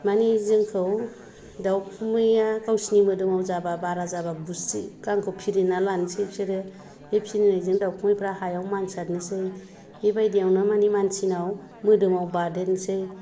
माने जोंखौ दावखुमैया गावसोरनि मोदोमाव जाब्ला बारा जाब्ला बुस्रि गांखौ फिरिनानै लानोसै बिसोरो बे फिरिनायजोंनो दाउखुमैफोरा हायाव मानसारनोसै बेबायदियावनो माने मानसिनाव मोदोमाव बादेरनोसै